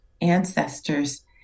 ancestors